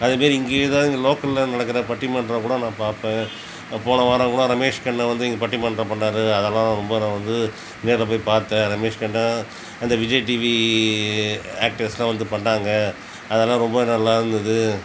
அதே மாதிரி இங்கேயேதான் இங்கே லோக்கலில் நடக்கிற பட்டி மன்றம் கூட நான் பாப்பேன் போன வாரம் கூட ரமேஷ் கண்ணா வந்து இங்கே பட்டிமன்றம் பண்ணார் அதல்லாம் ரொம்ப நான் வந்து நேரில் போய் பாத்தேன் ரமேஷ் கண்ணா அந்த விஜய் டிவி ஆக்டர்ஸ்லாம் வந்து பண்ணாங்க அதல்லாம் ரொம்ப நல்லா இருந்தது